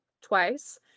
twice